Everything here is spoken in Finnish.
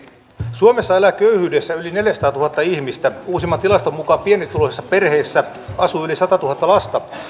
suomessa elää köyhyydessä yli neljäsataatuhatta ihmistä uusimman tilaston mukaan pienituloisissa perheissä asuu yli satatuhatta lasta